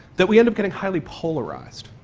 that we end up getting highly polarised.